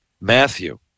Matthew